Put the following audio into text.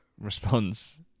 response